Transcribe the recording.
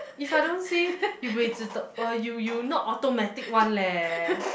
if I don't say you buay 自动 uh you you not automatic one leh